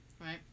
Right